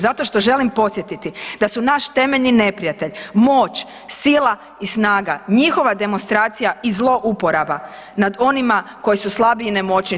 Zato što želim podsjetiti da su naš temelj ni neprijatelj moć, sila i snaga, njihova demonstracija i zlouporaba nad onima koji su slabiji i nemoćniji.